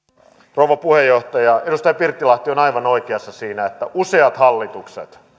rouva puheenjohtaja edustaja pirttilahti on aivan oikeassa siinä että useat hallitukset ne